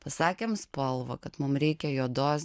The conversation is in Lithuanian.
pasakėm spalvą kad mum reikia juodos